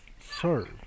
serve